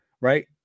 right